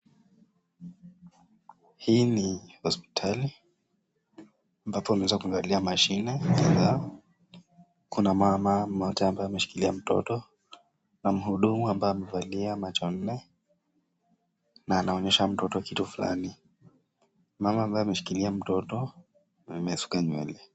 Hii ni hospitali ambapo wameweza kuangalia mashine. Pia kuna mama moja ambaye ameshikilia mtoto na mhudumu ambaye amevalia macho nne na anaonyesha mtoto kitu fulani. Mama ambaye ameshikilia mtoto amesuka nywele.